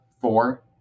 four